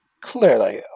Clearly